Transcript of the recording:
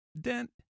Dent